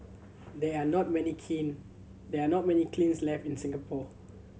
there are not many kin there are not many kilns left in Singapore